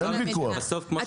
אין ויכוח.